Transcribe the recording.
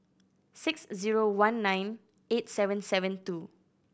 six zero one nine eight seven seven two